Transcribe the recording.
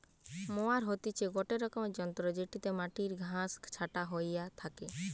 mower হতিছে গটে রকমের যন্ত্র জেটিতে মাটির ঘাস ছাটা হইয়া থাকে